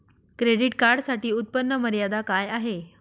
Credit कार्डसाठी उत्त्पन्न मर्यादा काय आहे?